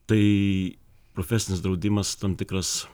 tai profesinis draudimas tam tikras